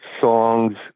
Songs